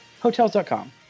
Hotels.com